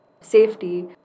safety